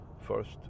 First